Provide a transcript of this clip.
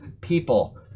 people